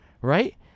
right